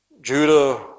Judah